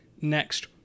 next